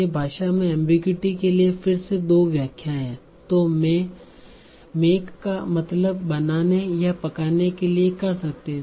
ये भाषा में एमबीगुइटी के लिए फिर से दो व्याख्याएं हैं तो मेक का मतलब बनाने या पकाने के लिए कर सकते हैं